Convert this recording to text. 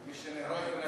מי שנהרג בינתיים,